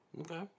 Okay